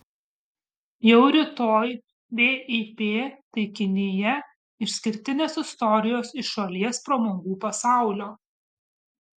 jau rytoj vip taikinyje išskirtinės istorijos iš šalies pramogų pasaulio